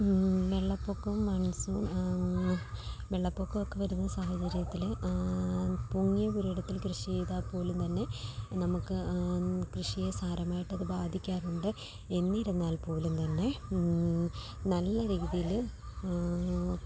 വെള്ളപൊക്കോം monsoon വെള്ളപൊക്കമൊക്കെ വരുന്ന സാഹചര്യത്തിൽ പൊങ്ങിയ പുരയിടത്തിൽ കൃഷി ചെയ്താൽ പോലും തന്നെ നമുക്ക് കൃഷിയെ സാരമായിട്ടത് ബാധിക്കാറുണ്ട് എന്നിരുന്നാൽ പോലും തന്നെ നല്ല രീതിയിൽ